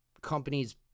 companies